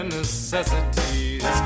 necessities